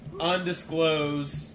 undisclosed